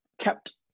kept